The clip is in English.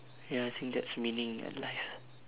ya I think that's winning in life